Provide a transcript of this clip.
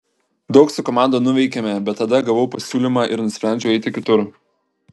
daug su komanda nuveikėme bet tada gavau pasiūlymą ir nusprendžiau eiti kitur